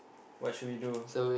what should we do